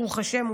ברוך השם,